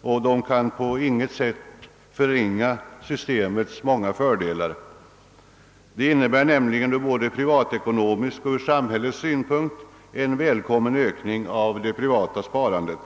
och kan på intet sätt förringa systemets många fördelar. Systemet innebär nämligen både ur privatekonomisk synpunkt och ur samhällets synpunkt en välkommen ökning av det privata sparandet.